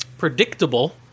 predictable